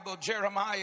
jeremiah